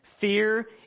Fear